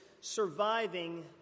surviving